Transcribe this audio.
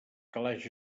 calaix